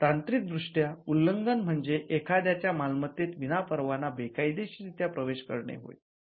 तांत्रिक दृष्ट्या 'उल्लंघन' म्हणजे एखाद्याच्या मालमत्तेत विनापरवाना बेकायदेशीर रित्या प्रवेश करणे होय